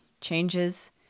changes